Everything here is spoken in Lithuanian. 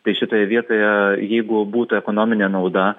tai šitoje vietoje jeigu būtų ekonominė nauda